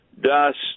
dust